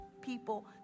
people